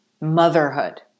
Motherhood